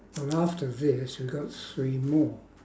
or after this we got three more